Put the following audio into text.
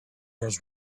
was